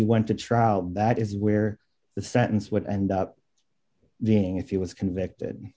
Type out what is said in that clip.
you went to trial that is where the sentence would end up being if you was convicted